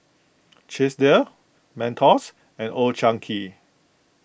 Chesdale Mentos and Old Chang Kee